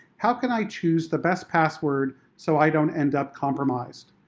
how can i choose the best password so i don't end up compromised?